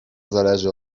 zależy